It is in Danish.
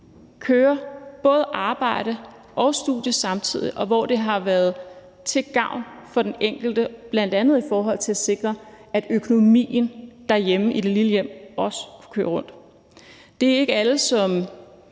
køre både arbejde og studier samtidig, hvor det har været til gavn for den enkelte, bl.a. i forhold til at sikre, at økonomien derhjemme i det lille hjem også kører rundt. Det er ikke alle, som